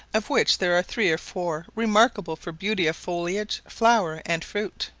of which there are three or four remarkable for beauty of foliage, flower, and fruit.